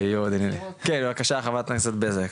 אוקיי, כן בבקשה חברת הכנסת ענבר בזק.